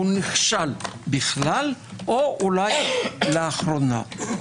הוא נכשל בכלל או אולי לאחרונה.